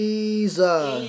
Jesus